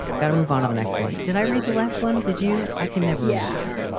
got to move on to the next one. did i read the last one? did you. i can never. yeah